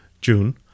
June